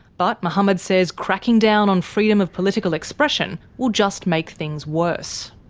but mohammed says cracking down on freedom of political expression will just make things worse.